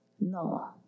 No